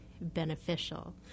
beneficial